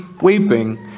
weeping